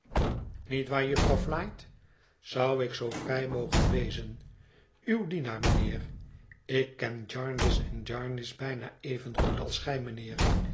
niet waar jufvrouw flite zou ik zoo vrij mogen wezen uw dienaar mijnheer ik ken jarndyce en jarndyce bijna evengoed als gij mijnheer